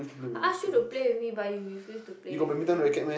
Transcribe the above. I ask you to play with me but you refuse to play with me